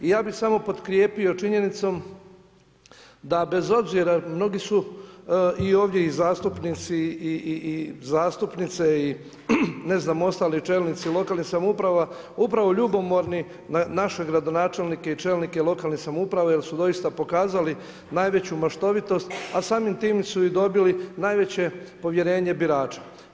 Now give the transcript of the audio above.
I ja bi samo potkrijepio činjenicom, da bez obzira, jer mnogi su i ovdje zastupnici i zastupnice i ne znam, ostali čelnici lokalnih samouprava, upravo ljubomorni na naše gradonačelnike i čelnike lokalne samouprave, jer su dosita pokazali najveću maštovitost, a samim time su i dobili najveće povjerenje birača.